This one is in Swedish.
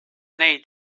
nej